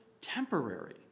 temporary